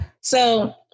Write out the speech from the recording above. So-